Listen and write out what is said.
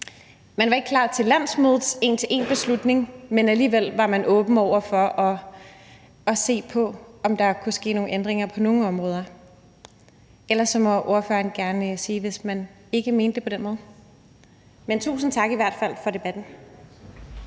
at man ikke var klar til landsmødets en til en-beslutning, men alligevel var man åben over for at se på, om der kunne ske nogle ændringer på nogle områder. Ellers må ordføreren gerne sige det, hvis ikke ordføreren mente det på den måde. Men i hvert fald vil jeg